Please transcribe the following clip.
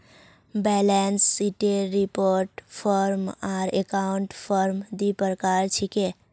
balance शीटेर report form आर account form दी प्रकार छिके